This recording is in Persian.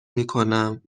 میکنم